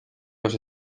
los